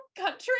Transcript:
country